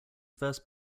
first